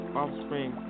offspring